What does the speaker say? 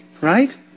right